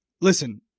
listen